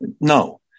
No